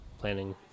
planning